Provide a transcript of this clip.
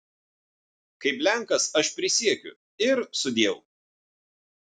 kaip lenkas aš prisiekiu ir sudieu